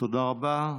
תודה רבה.